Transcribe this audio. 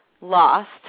lost